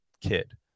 kid